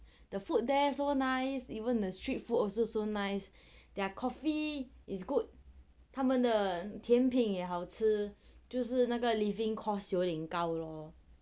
the food there so nice even the street food also so nice their coffee is good 他们的甜品也好吃就是那个 living costs 有一点高 lor